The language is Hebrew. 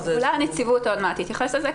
אולי הנציבות עוד מעט תתייחס לזה,